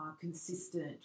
consistent